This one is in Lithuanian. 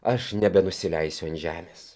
aš nebenusileisiu ant žemės